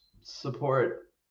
support